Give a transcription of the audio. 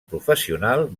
professional